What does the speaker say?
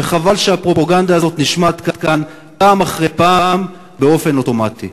וחבל שהפרופגנדה הזאת נשמעת כאן פעם אחרי פעם באופן אוטומטי.